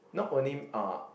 not only uh